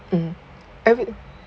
mm every